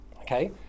Okay